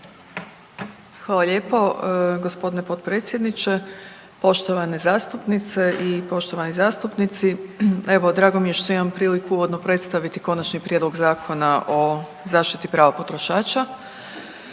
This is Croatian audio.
Hvala lijepo g. potpredsjedniče. Poštovane zastupnice i poštovani zastupnici. Evo, drago mi je što imam priliku odmah predstaviti Konačni prijedlog Zakona o zaštiti prava potrošača.